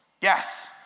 Yes